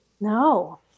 No